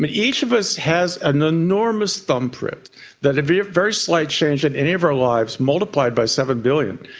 but each of us has an enormous thumbprint that a very very slight change in any of our lives, multiplied by seven billion,